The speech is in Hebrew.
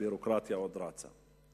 והביורוקרטיה עוד רצה.